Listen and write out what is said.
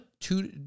two